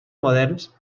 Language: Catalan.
moderns